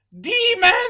Demon